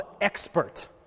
expert